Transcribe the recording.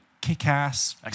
Kick-Ass